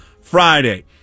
Friday